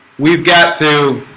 we've got to